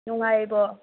ꯅꯨꯉꯥꯏꯔꯤꯕꯣ